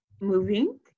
Moving